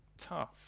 tough